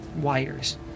wires